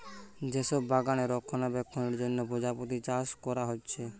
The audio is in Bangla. যে সব বাগানে রক্ষণাবেক্ষণের জন্যে প্রজাপতি চাষ কোরা হচ্ছে